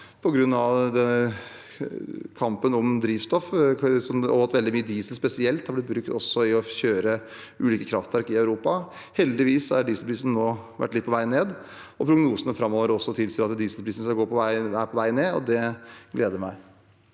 på grunn av kampen om drivstoff og at veldig mye diesel, spesielt, har vært brukt til å kjøre ulike kraftverk i Europa. Heldigvis har dieselprisen nå vært litt på vei ned, og prognosene framover tilsier at dieselprisen er på vei ned. Det gleder meg.